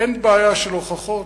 אין בעיה של הוכחות,